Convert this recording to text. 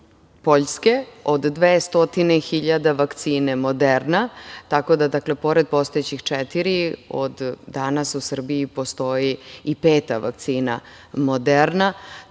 Poljske od 200.000 vakcine „Moderna“. Tako da pored postojećih četiri od danas u Srbiji postoji i peta vakcina „Moderna“.